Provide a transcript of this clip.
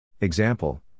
Example